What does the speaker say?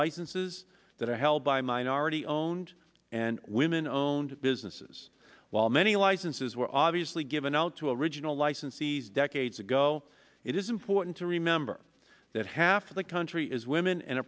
licenses that are held by minority owned and women owned businesses while many licenses were obviously given out to a original licensees decades ago it is important to remember that half of the country is women and